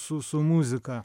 su su muzika